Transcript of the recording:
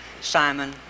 Simon